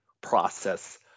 process